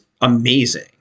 amazing